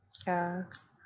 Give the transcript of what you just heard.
yeah